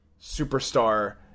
superstar